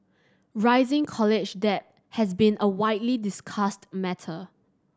rising college debt has been a widely discussed matter